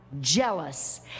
jealous